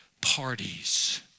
parties